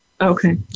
Okay